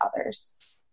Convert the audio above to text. others